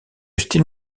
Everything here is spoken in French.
style